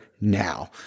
now